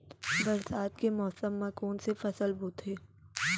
बरसात के मौसम मा कोन से फसल बोथे?